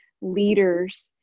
leaders